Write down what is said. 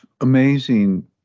amazing